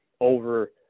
over